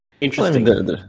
Interesting